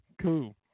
Cool